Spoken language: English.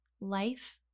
life